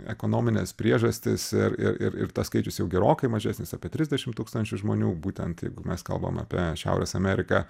ekonominės priežastys ir ir ir ir tas skaičius jau gerokai mažesnis apie trisdešim tūkstančių žmonių būtent jeigu mes kalbam apie šiaurės ameriką